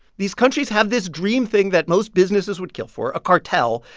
these countries have this dream thing that most businesses would kill for, a cartel.